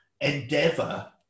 endeavor